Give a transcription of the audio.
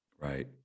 Right